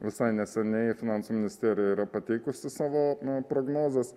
visai neseniai finansų ministerija yra pateikusi savo prognozes